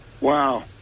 Wow